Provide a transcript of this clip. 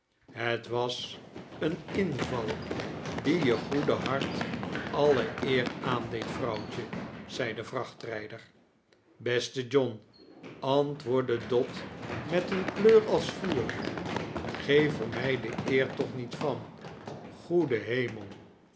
t was een inval die je goede hart alle eer aandeed vrouwtje zei de vrachtrijder beste john antwoordde dot met eene kleur als vuur greedi er mij de eer toch niet van g-oede heme